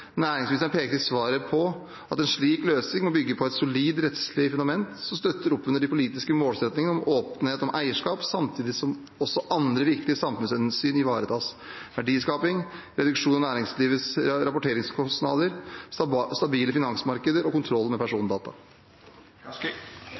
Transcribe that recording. Næringsministeren pekte i svaret på at en slik løsning må bygge på et solid rettslig fundament som støtter opp under de politiske målsettingene om åpenhet om eierskap, samtidig som også andre viktige samfunnshensyn ivaretas: verdiskaping, reduksjon av næringslivets rapporteringskostnader, stabile finansmarkeder og kontroll